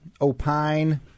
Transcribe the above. Opine